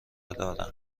دارم